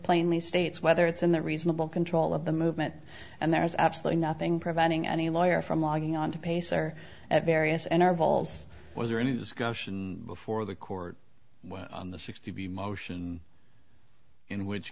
plainly states whether it's in the reasonable control of the movement and there is absolutely nothing preventing any lawyer from logging on to pacer at various n r valse was there any discussion before the court when the sixty motion in which